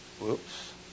Whoops